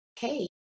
hey